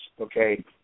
Okay